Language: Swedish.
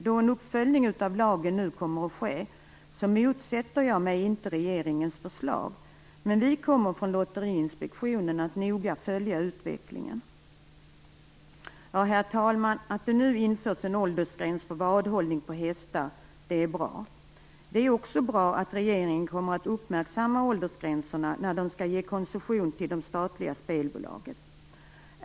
Då en uppföljning av lagen nu kommer att ske motsätter jag mig inte regeringens förslag, men vi kommer från Lotteriinspektionen att följa utvecklingen mycket noga. Herr talman! Att det nu införs en åldersgräns för vadhållning på hästar är bra. Det är också bra att regeringen kommer att uppmärksamma åldersgränserna när den skall ge koncession till det statliga spelbolaget.